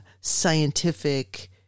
scientific